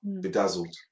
bedazzled